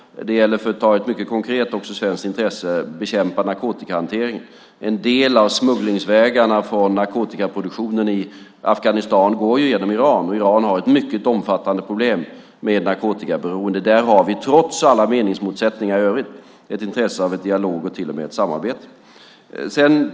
För att ta ett mycket konkret svenskt intresse gäller det också att bekämpa narkotikahanteringen. En del av smugglingsvägarna från narkotikaproduktionen i Afghanistan går genom Iran, och Iran har ett mycket omfattande problem med narkotikaberoende. Där har vi, trots alla meningsmotsättningar i övrigt, ett intresse av en dialog och till och med ett samarbete.